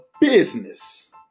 business